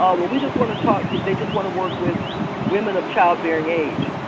um but we just want to talk, they just want to work with women of child-bearing age.